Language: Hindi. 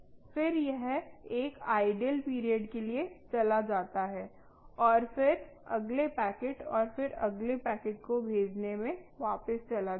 फिर यह एक आइडल पीरियड के लिए चला जाता है और फिर अगले पैकेट और फिर अगले पैकेट को भेजने में वापस चला जाता है